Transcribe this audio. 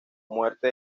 muerte